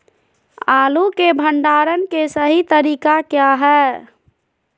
आलू के भंडारण के सही तरीका क्या है?